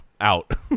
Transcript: out